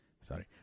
sorry